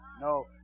no